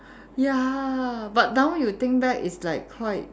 ya but now you think back it's like quite